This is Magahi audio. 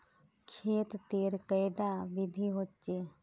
खेत तेर कैडा विधि होचे?